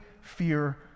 fear